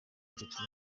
inshuti